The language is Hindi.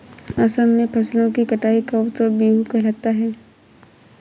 असम में फसलों की कटाई का उत्सव बीहू कहलाता है